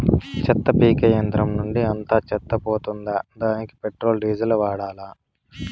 చెత్త పీకే యంత్రం నుండి అంతా చెత్త పోతుందా? దానికీ పెట్రోల్, డీజిల్ వాడాలా?